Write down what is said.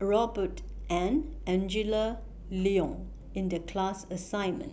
Robert and Angela Liong in The class assignment